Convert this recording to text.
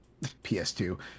PS2